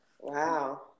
Wow